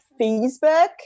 Facebook